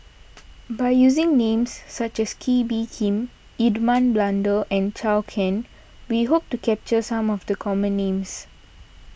by using names such as Kee Bee Khim Edmund Blundell and Zhou Can we hope to capture some of the common names